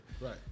Right